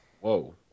Whoa